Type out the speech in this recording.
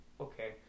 okay